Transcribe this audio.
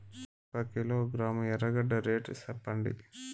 ఒక కిలోగ్రాము ఎర్రగడ్డ రేటు సెప్పండి?